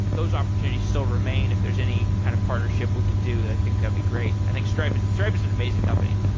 those opportunities still remain if there's any kind of partnership we can do. i think that'd be great. i think stripe is stripe is an amazing company.